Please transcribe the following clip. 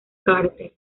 carter